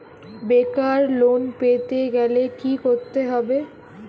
বেকার লোন পেতে গেলে কি করতে হবে?